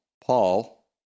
Paul